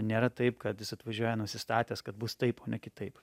nėra taip kad jis atvažiuoja nusistatęs kad bus taip o ne kitaip